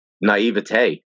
naivete